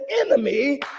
enemy